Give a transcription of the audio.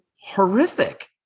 horrific